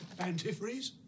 antifreeze